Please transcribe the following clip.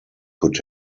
could